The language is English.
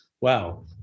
Wow